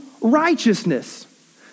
righteousness